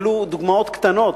ולו דוגמאות קטנות,